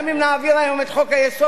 גם אם נעביר היום את חוק-היסוד,